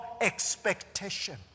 expectation